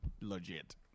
Legit